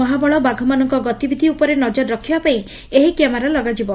ମହାବଳ ବାଘମାନଙ୍କ ଗତିବିଧି ଉପରେ ନଜର ରଖିବା ପାଇଁ ଏହି କ୍ୟାମେରା ଲଗାଯିବ